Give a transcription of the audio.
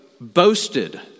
boasted